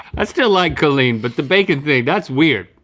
i still like colleen, but the bacon thing, that's weird.